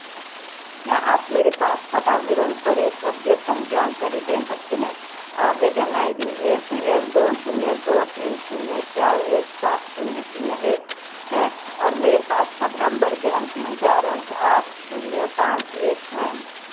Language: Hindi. क्या आप मेरे पासपोर्ट आवेदन पर एक अद्यतन जानकारी दे सकते हैं आवेदन I D A P L दो शून्य दो तीन शून्य चार एक सात शून्य शून्य एक है और मेरे पासपोर्ट नंबर के अंतिम चार अंक आठ शून्य पाँच एक हैं